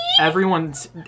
everyone's